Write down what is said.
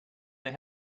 they